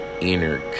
Inner